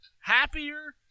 happier